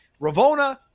ravona